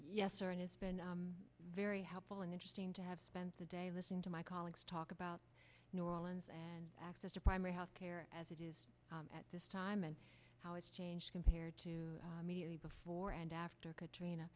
yes sir it has been very helpful and interesting to have spent the day listening to my colleagues talk about new orleans and access to primary health care as it is at this time and how it's changed compared to the before and after katrina